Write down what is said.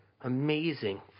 amazing